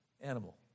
animal